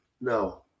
No